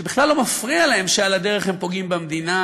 שבכלל לא מפריע להם שעל הדרך הם פוגעים במדינה,